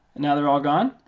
and now they're all gone,